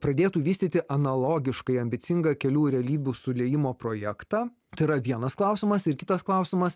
pradėtų vystyti analogiškai ambicingą kelių realybių susiliejimo projektą tai yra vienas klausimas ir kitas klausimas